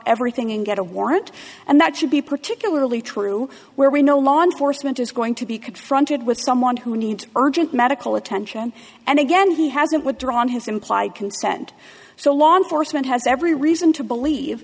everything and get a warrant and that should be particularly true where we know law enforcement is going to be confronted with someone who needs urgent medical attention and again he hasn't withdrawn his implied consent so law enforcement has every reason to believe